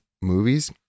movies